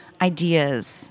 ideas